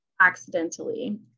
accidentally